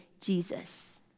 Jesus